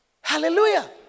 Hallelujah